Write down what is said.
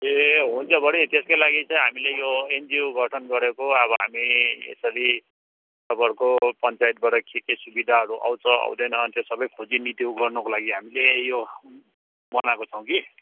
ए हुन्छ बडी त्यसकै लागि चाहिँ हामीले यो एनजिओ गठन गरेको अब हामी यसरी तपाईँहरूको पञ्चायतबाट के के सुविधाहरू आउँछ आउँदैन त्यो सबै खोजिनिति ऊ गर्नुको लागि हामीले यो बनाएको छौँ कि